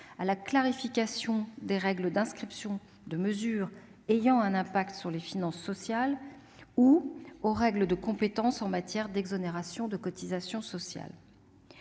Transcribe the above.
à la clarification des règles d'inscription de mesures ayant un impact sur les finances sociales ou aux règles de compétences en matière d'exonération de cotisations sociales.